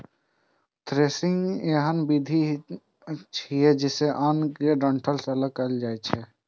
threshing एहन विधि छियै, जइसे अन्न कें डंठल सं अगल कैल जाए छै